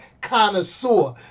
connoisseur